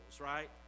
right